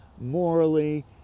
morally